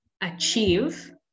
achieve